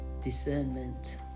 Discernment